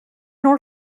nor